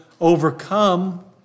overcome